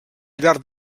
llarg